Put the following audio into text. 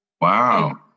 Wow